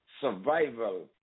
survival